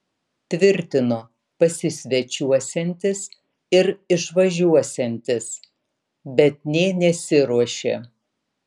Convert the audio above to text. tvirtino pasisvečiuosiantis ir išvažiuosiantis bet nė nesiruošė